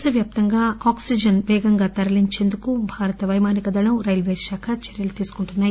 దేశవ్యాప్తంగా ఆక్సీజెన్ వేగంగా తరలించేందుకు భారత పైమానిక దళం రైల్వే శాఖ చర్యలు తీసుకుంటున్నాయి